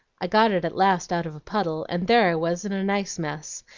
i got it at last out of a puddle, and there i was in a nice mess.